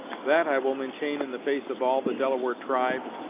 that i will maintain in the face of all the delaware tribe,